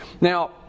Now